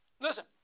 Listen